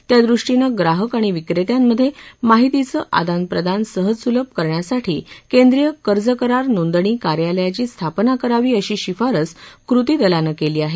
त्या दृष्टीनं ग्राहक आणि विक्रेत्यांमधे माहितीचं आदानप्रदान सहजसुलभ करण्यासाठी केंद्रीय कर्ज करार नोंदणी कार्यालयाची स्थापना करावी अशी शिफारस कृतीदलानं केली आहे